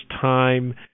time